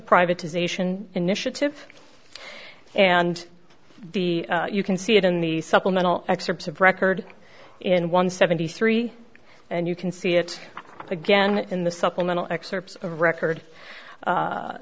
privatization initiative and the you can see it in the supplemental excerpts of record in one seventy three and you can see it again in the supplemental excerpts of record